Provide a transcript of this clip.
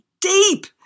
deep